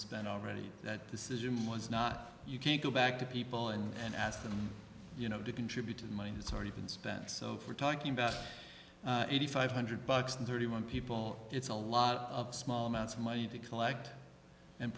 spent already that decision was not you can't go back to people and ask them you know to contribute to the mine has already been spent so we're talking about eighty five hundred bucks to thirty one people it's a lot of small amounts of money to collect and